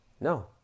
No